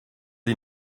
les